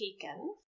taken